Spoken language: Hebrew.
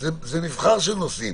זה מבחר של נושאים.